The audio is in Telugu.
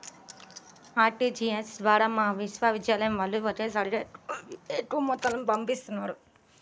ఆర్టీజీయస్ ద్వారా మా విశ్వవిద్యాలయం వాళ్ళు ఒకేసారిగా ఎక్కువ మొత్తాలను పంపిస్తుంటారు